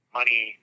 Money